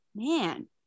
Man